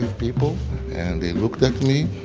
people. and they looked at me.